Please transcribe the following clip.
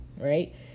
Right